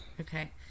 Okay